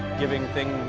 giving thing,